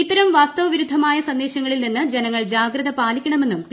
ഇത്തരം വാസ്തവ വിരുദ്ധമായ സന്ദേശങ്ങളിൽ നിന്ന് ജനങ്ങൾ ജാഗ്രത പാലിക്കണമെന്നും പി